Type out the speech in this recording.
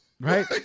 Right